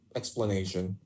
explanation